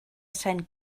saint